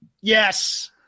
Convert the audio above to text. Yes